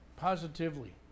Positively